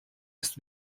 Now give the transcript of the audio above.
ist